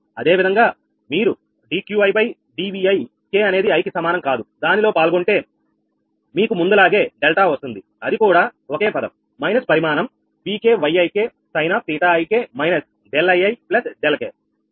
అదేవిధంగా మీరు dQidVi k అనేది i కి సమానం కాదు దానిలో పాల్గొంటే మీకు ముందులాగే డెల్టా వస్తుంది అది కూడా ఒకే పదం మైనస్ పరిమాణం 𝑉𝑘 𝑌𝑖𝑘 sin𝜃𝑖𝑘−𝛿𝑖𝑖𝛿𝑘